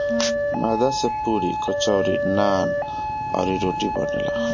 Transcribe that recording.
मैदा से पुड़ी, कचौड़ी, नान, अउरी, रोटी बनेला